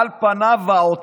אין